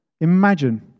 imagine